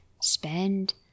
spend